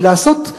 ולעשות,